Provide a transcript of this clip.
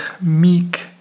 meek